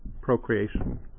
procreation